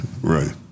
Right